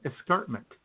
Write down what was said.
escarpment